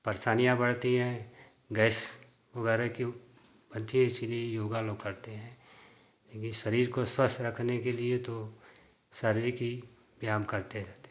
परेशानियाँ बढ़ती हैं गैस वगैरह की योगा लोग करते हैं क्योंकि शरीर को स्वस्थ रखने के लिए तो शरीर की व्यायाम करते रहते हैं